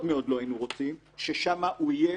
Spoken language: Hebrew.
מאוד לא היינו רוצים ששם הוא יהיה,